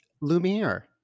Lumiere